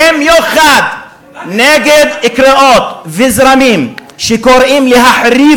במיוחד נגד קריאות וזרמים שקוראים להחריב